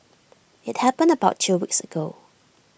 IT happened about two weeks ago